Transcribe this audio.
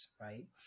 Right